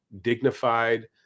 dignified